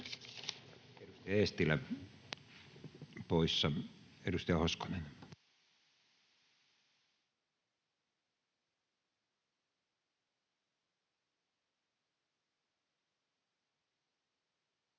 Edustaja Eestilä poissa. — Edustaja Hoskonen.